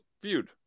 feud